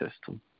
system